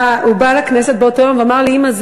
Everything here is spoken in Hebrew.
הוא בא לכנסת באותו יום ואמר לי: אימא,